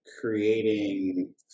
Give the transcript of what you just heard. creating